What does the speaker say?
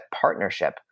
partnership